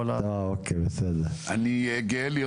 או האם יש